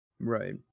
Right